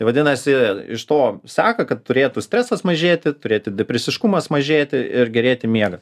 vadinasi iš to seka kad turėtų stresas mažėti turėti depresiškumas mažėti ir gerėti miega